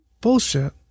Bullshit